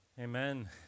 Amen